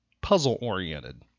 Puzzle-oriented